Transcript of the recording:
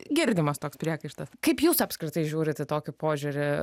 girdimas toks priekaištas kaip jūs apskritai žiūrit į tokį požiūrį